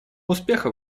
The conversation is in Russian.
успеха